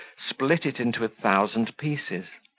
split it into a thousand pieces.